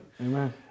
Amen